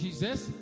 Jesus